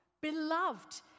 Beloved